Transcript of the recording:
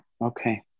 Okay